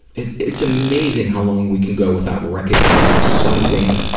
it's amazing how long we can go without recognizing something